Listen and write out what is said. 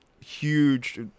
huge